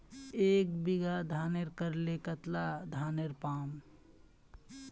एक बीघा धानेर करले कतला धानेर पाम?